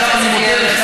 אוי באמת,